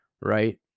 Right